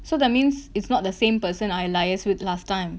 so that means it's not the same person I liaise with last time